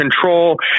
control